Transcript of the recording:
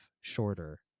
shorter